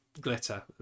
glitter